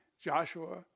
Joshua